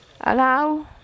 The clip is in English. Allow